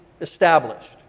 established